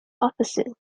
opposite